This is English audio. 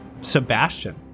Sebastian